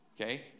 okay